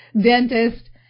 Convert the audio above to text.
dentist